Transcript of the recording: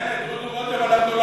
דודו רותם,